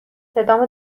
صدامو